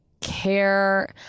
care